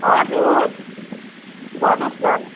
हजुर भन्नुहोस् न